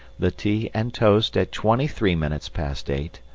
the tea and toast at twenty-three minutes past eight,